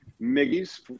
Miggy's